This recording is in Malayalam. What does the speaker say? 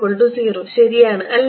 R0 ശരിയാണ് അല്ലേ